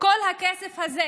כל הכסף הזה